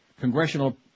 Congressional